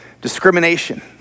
discrimination